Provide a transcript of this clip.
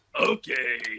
Okay